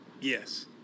Yes